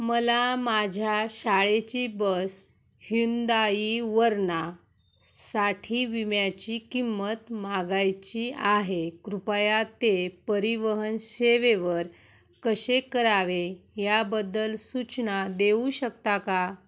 मला माझ्या शाळेची बस ह्युंदाई वरना साठी विम्याची किंमत मागायची आहे कृपया ते परिवहन सेवेवर कसे करावे याबद्दल सूचना देऊ शकता का